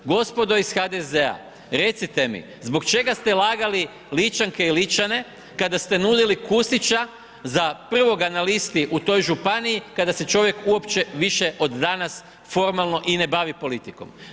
Gospodo iz HDZ-a, recite mi, zbog čega ste lagali Ličanke i Ličane kada ste nudili Kustića za prvoga na listi u toj županiji, kada se čovjek uopće više od danas formalno i ne bavi politikom?